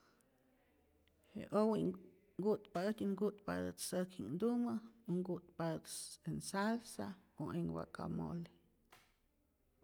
Je owi nku'patäjti y nku'patät säkji'knhtumä y nku'tpatät en salsa o en guacamole.